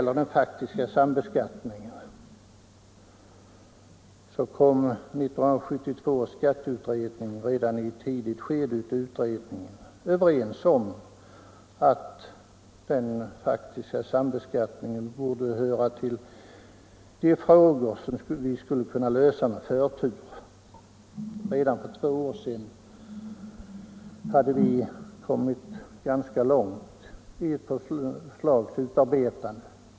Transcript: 1972 års skatteutredning kom i ett tidigt skede av arbetet överens om att den faktiska sambeskattningen borde höra till de frågor vi skulle kunna lösa med förtur. Redan för två år sedan hade vi kommit ganska långt i förslagsutarbetandet.